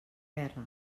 gerra